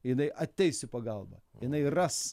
jinai ateis į pagalbą jinai ras